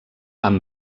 amb